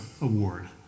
Award